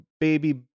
baby